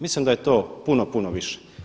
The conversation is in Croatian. Mislim da je to puno, puno više.